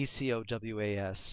ECOWAS